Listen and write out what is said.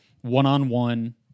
one-on-one